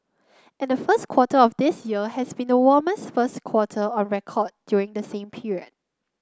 and the first quarter of this year has been the warmest first quarter on record during the same period